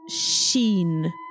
sheen